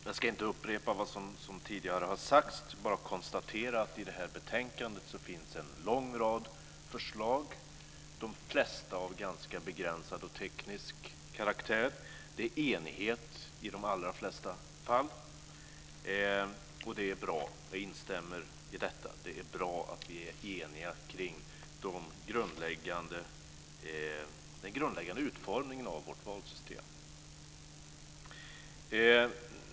Jag ska inte upprepa det som tidigare har sagts, utan jag bara konstaterar att det i betänkandet finns en lång rad förslag - de flesta av ganska begränsande och av teknisk karaktär. I de allra flesta fall råder det enighet, och det är bra. Det är bra att vi är eniga kring den grundläggande utformningen av vårt valsystem.